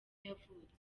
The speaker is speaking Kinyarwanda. yavutse